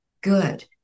good